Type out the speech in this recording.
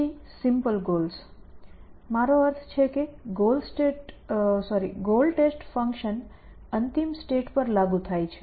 પછી simple goals મારો અર્થ એ છે કે ગોલ ટેસ્ટ ફંકશન અંતિમ સ્ટેટ પર લાગુ થાય છે